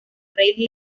rey